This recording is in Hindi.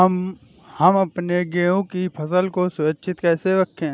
हम अपने गेहूँ की फसल को सुरक्षित कैसे रखें?